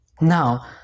Now